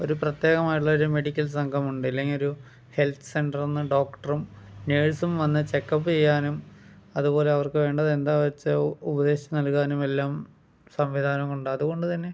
ഒരു പ്രത്യേകമായിട്ടുള്ള ഒരു മെഡിക്കൽ സംഘമുണ്ട് അല്ലെങ്കിൽ ഒരു ഹെൽത്ത് സെൻ്ററിൽ നിന്ന് ഡോക്ടറും നേഴ്സും വന്ന് ചെക്ക് അപ്പ് ചെയ്യാനും അതുപോലെ അവർക്ക് വേണ്ടത് എന്താ വെച്ചാൽ ഉപദേശം നൽകാനും എല്ലാം സംവിധാനങ്ങൾ ഉണ്ട് അതുകൊണ്ട് തന്നെ